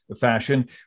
fashion